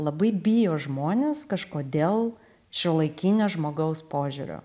labai bijo žmonės kažkodėl šiuolaikinio žmogaus požiūrio